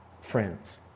friends